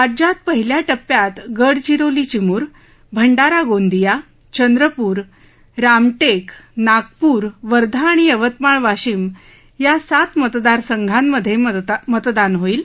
राज्यात पहिल्या टप्प्यात गडचिरोली चिमूर भंडारा गोंदिया चंद्रपूर रामटक्र नागपूर वर्धा आणि यवतमाळ वाशिम या सात मतदारसंगांमधमितदान होईल